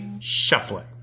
shuffling